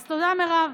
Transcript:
אז תודה, מירב.